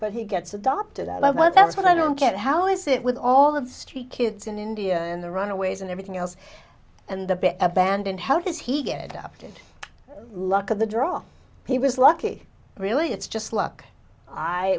but he gets adopted i love what that's what i don't get how is it with all of the street kids in india and the runaways and everything else and the abandon how does he get up to luck of the draw he was lucky really it's just luck i